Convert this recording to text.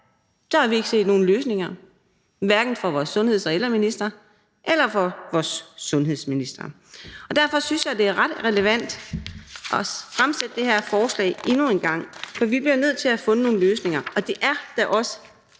har vi ikke set nogen løsninger, hverken fra vores sundheds- og ældreminister eller fra vores justitsminister. Derfor synes jeg, det er ret relevant at fremsætte det her forslag endnu en gang, for vi bliver nødt til at have fundet nogle løsninger, og det er da også